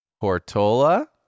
Portola